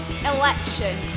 election